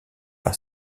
par